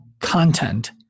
content